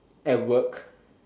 at work